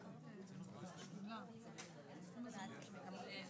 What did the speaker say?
אחרי ההגדרה של תאונת עבודה,